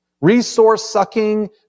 resource-sucking